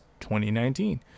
2019